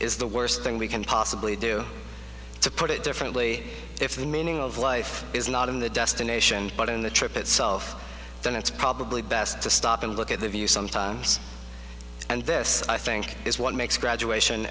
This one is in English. is the worst thing we can possibly do to put it differently if the meaning of life is not in the destination but in the trip itself then it's probably best to stop and look at the view sometimes and this i think is what makes graduation